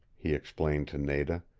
he explained to nada.